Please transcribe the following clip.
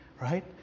right